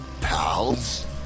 Pals